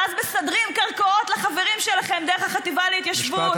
ואז מסדרים קרקעות לחברים שלכם דרך החטיבה להתיישבות.